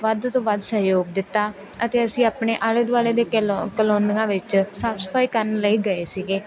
ਵੱਧ ਤੋਂ ਵੱਧ ਸਹਿਯੋਗ ਦਿੱਤਾ ਅਤੇ ਅਸੀਂ ਆਪਣੇ ਆਲੇ ਦੁਆਲੇ ਦੇ ਕੈਲੋ ਕਲੋਨੀਆਂ ਵਿੱਚ ਸਾਫ਼ ਸਫਾਈ ਕਰਨ ਲਈ ਗਏ ਸੀਗੇ